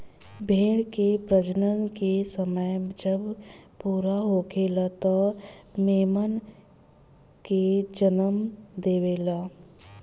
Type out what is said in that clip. भेड़ के प्रजनन के समय जब पूरा होखेला त उ मेमना के जनम देवेले